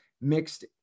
mixed